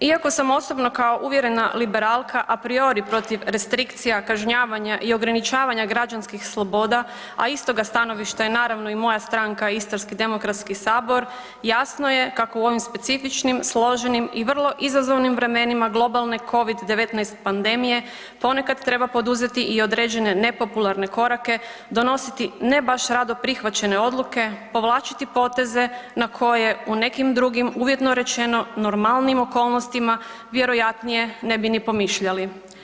Iako sam osobno kao uvjerena liberalka apriori protiv restrikcija, kažnjavanja i ograničavanja građanskih sloboda, a istoga stanovišta je naravno i moja stranka Istarski demokratski sabor jasno je kako u ovim specifičnim složenim i vrlo izazovnim vremenima globalne Covid-19 pandemije ponekad treba poduzeti i određene nepopularne korake, donositi ne baš rado prihvaćene odluke, povlačiti poteze na koje u nekim drugim uvjetno rečeno normalnijim okolnosti vjerojatnije ne bi ni pomišljali.